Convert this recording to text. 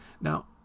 Now